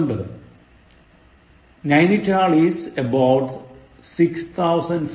ഒൻപത് Nainital is all about 6000 feet over sea level